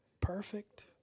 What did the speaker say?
perfect